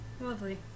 lovely